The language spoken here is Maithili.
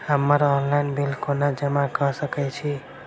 हम्मर ऑनलाइन बिल कोना जमा कऽ सकय छी?